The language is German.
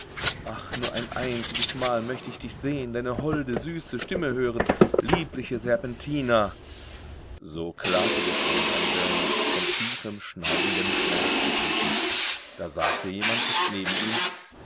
ach nur ein einziges mal möcht ich dich sehen deine holde süße stimme hören liebliche serpentina so klagte der student anselmus von tiefem schneidendem schmerz ergriffen da sagte jemand dicht neben ihm